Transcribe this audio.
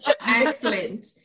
excellent